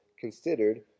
considered